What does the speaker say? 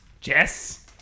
Jess